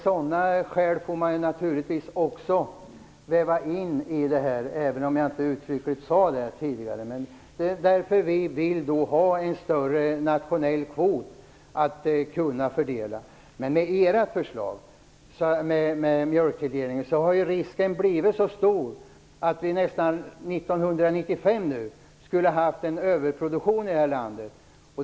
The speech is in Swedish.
Sådana skäl får man naturligtvis också väva in i detta, även om jag inte uttryckligt sade det tidigare. Det är därför vi vill ha en större nationell kvot att kunna fördela. Men med era förslag till mjölkkvotstilldelning hade risken blivit stor att vi år 1995 nästan skulle fått en överproduktion i detta land.